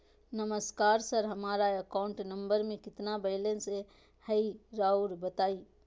नमस्कार सर हमरा account number में कितना बैलेंस हेई राहुर बताई?